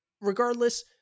Regardless